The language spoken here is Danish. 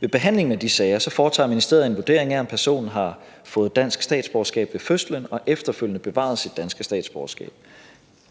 Ved behandlingen af de sager foretager ministeriet en vurdering af, om personen har fået dansk statsborgerskab ved fødslen og efterfølgende bevaret sit danske statsborgerskab.